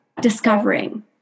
discovering